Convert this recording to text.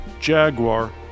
Jaguar